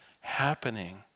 happening